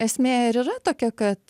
esmė ir yra tokia kad